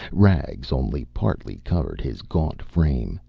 rags only partly covered his gaunt frame,